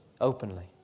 openly